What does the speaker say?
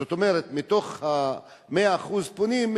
זאת אומרת מתוך 100% פונים,